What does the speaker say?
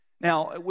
Now